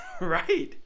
Right